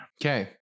Okay